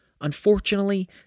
Unfortunately